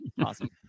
Awesome